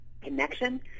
connection